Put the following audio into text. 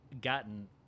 gotten